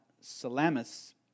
Salamis